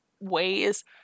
ways